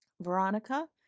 Veronica